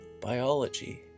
biology